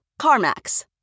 CarMax